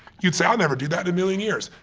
you'd say, i'll never do that in a million years.